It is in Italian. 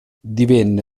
divenne